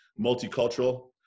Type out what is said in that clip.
multicultural